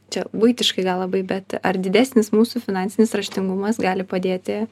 čia buitiškai gal labai bet ar didesnis mūsų finansinis raštingumas gali padėti